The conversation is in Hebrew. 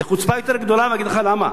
זאת חוצפה יותר גדולה, ואגיד לך למה.